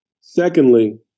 Secondly